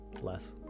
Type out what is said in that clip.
less